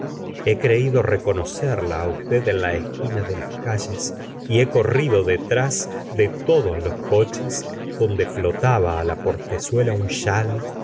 he creido reconocerla á usted en la esquina de las calles y he corrido detrás de todos los coches donde flotaba á la portezuela